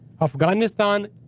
Afghanistan